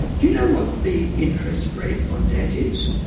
do you know what the interest rate on debt is?